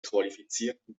qualifizierten